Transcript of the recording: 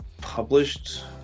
published